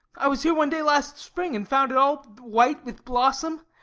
i was here one day last spring and found it, all white with blossom.